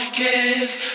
give